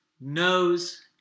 knows